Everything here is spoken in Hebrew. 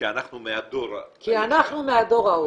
שאנחנו מהדור --- כי אנחנו מהדור ההוא.